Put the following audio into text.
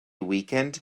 weakened